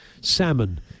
salmon